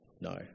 No